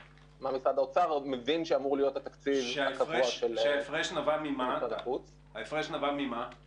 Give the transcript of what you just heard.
עוד לא התחלנו לעשות את העבודה החיצונית מול יתר